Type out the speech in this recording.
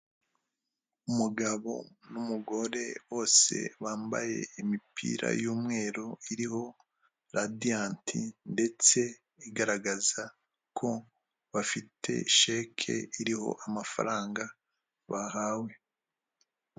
Umugabo n'umugore bose bambaye imipira y'umweru iriho Radiyanti, ndetse igaragaza ko bafite sheke iriho amafaranga bahawe.